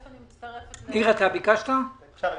ראשית, אני